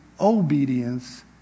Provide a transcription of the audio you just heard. obedience